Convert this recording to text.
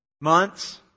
Months